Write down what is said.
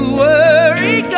worry